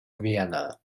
vienna